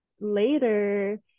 later